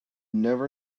never